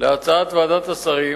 להצעת ועדת השרים,